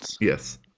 Yes